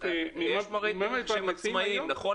מדובר באנשים עצמאים, נכון?